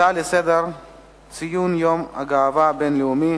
הצעה לסדר-היום בנושא ציון יום הגאווה הבין-לאומי,